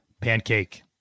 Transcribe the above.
Pancake